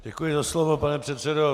Děkuji za slovo, pane předsedo.